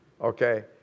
Okay